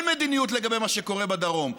אין מדיניות לגבי מה שקורה בדרום,